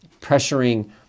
pressuring